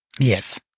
Yes